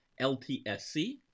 LTSC